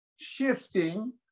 shifting